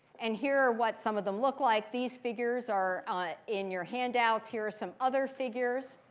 and here are what some of them look like. these figures are in your handouts. here are some other figures.